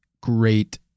great